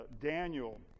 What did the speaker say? Daniel